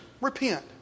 Repent